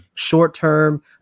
short-term